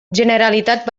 generalitat